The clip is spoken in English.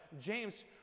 James